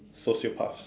sociopath